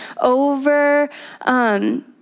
over